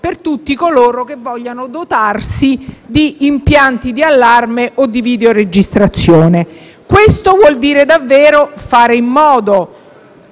per tutti coloro che vogliano dotarsi di impianti di allarme o di videoregistrazione. Questo vuol dire davvero fare in modo